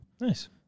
Nice